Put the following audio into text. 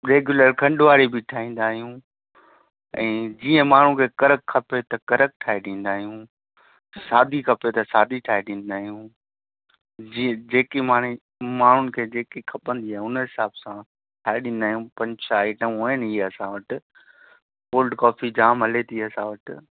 regular खंडु वारी बि ठाहींदा आहियूं ऐं जीअं माण्हू खे कड़क खपे त कड़क ठाहे ॾींदा आहियूं सादी खपे त सादी ठाहे ॾींदा आहियूं जीअं जेकी माणे माण्हुनि खे जेकी खपंदी आहे उन हिसाब सां ठाहे ॾींदा आहियूं पंज छह आइटमूं आहिनि इहे असां वटि कोल्ड कॉफ़ी जामु हले थी असां वटि